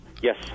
Yes